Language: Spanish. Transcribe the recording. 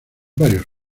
varios